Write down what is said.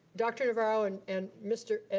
dr. navarro and and mr. and